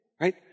Right